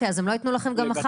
אז הם לא יתנו לכם גם מחר.